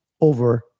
over